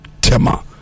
Tema